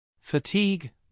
fatigue